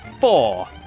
four